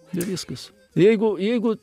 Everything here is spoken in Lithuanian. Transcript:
ir viskas jeigu jeigu